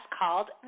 called